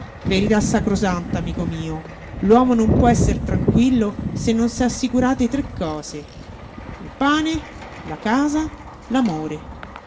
verità sacrosanta amico mio l'uomo non può esser tranquillo se non s'è assicurate tre cose il pane la casa